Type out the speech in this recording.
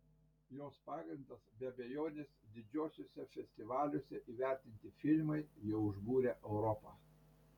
jos pagrindas be abejonės didžiuosiuose festivaliuose įvertinti filmai jau užbūrę europą